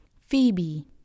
Phoebe